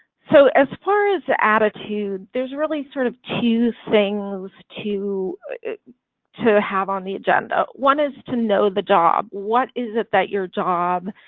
so as far as attitude. there's really sort of two things to to have on the agenda one is to know the job. what is it that your job?